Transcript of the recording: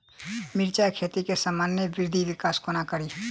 मिर्चा खेती केँ सामान्य वृद्धि विकास कोना करि?